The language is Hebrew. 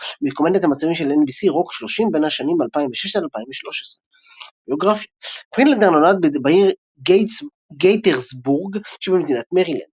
בקומדיית המצבים של NBC "רוק 30" בין השנים 2006 עד 2013. ביוגרפיה פרידלנדר נולד בעיר גיית'רסבורג שבמדינת מרילנד.